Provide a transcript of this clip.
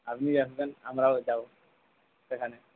আপনি আসবেন আমরাও যাব সেখানে